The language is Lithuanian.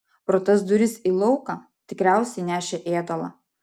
pro tas duris į lauką tikriausiai nešė ėdalą